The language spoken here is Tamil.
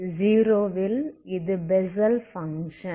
0 ல் இது பெசல் பங்க்ஷன்